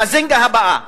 לזנגה הבאה.